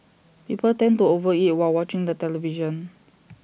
people tend to over eat while watching the television